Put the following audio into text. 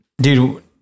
Dude